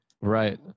Right